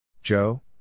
Joe